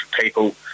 people